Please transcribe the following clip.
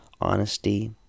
honesty